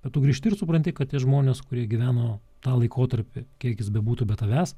bet tu grįžti ir supranti kad tie žmonės kurie gyveno tą laikotarpį kiek jis bebūtų be tavęs